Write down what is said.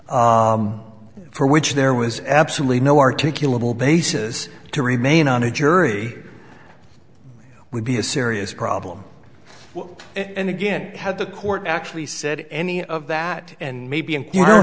for which there was absolutely no articulable basis to remain on a jury would be a serious problem and again had the court actually said any of that and maybe and you